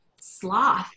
sloth